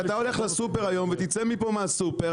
כשאתה הולך לסופר היום ותצא מפה מהסופר,